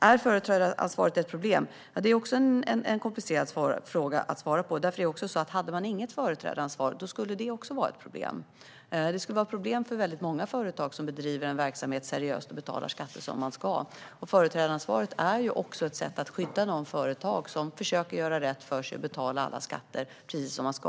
Är företrädaransvaret ett problem? Det är också en komplicerad fråga att svara på. Om man inte hade något företrädaransvar skulle det också vara ett problem. Det skulle vara ett problem för många företag som bedriver en verksamhet seriöst och betalar skatter som de ska. Företrädaransvaret är också ett sätt att skydda de företag som försöker göra rätt för sig och betala alla skatter precis som de ska.